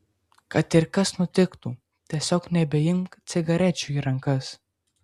kad ir kas nutiktų tiesiog nebeimk cigarečių į rankas